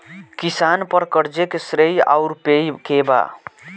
किसान पर क़र्ज़े के श्रेइ आउर पेई के बा?